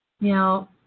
Now